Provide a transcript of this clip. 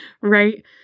right